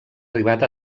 arribat